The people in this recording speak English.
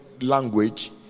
language